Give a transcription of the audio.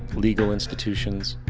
legal institutions,